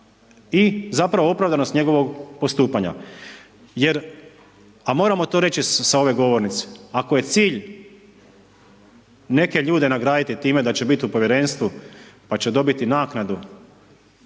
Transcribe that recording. i zapravo opravdanost njegovog postupanja. Jer a moramo to reći sa ove govornice ako je cilj neke ljude nagraditi time da će biti u povjerenstvu pa će dobiti naknadu